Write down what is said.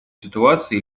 ситуации